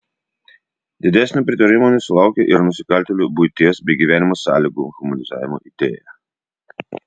didesnio pritarimo nesulaukė ir nusikaltėlių buities bei gyvenimo sąlygų humanizavimo idėja